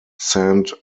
saint